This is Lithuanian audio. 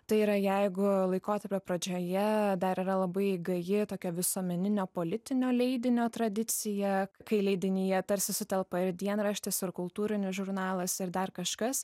tai yra jeigu laikotarpio pradžioje dar yra labai gaji tokia visuomeninio politinio leidinio tradicija kai leidinyje tarsi sutelpa ir dienraštis ir kultūrinis žurnalas ir dar kažkas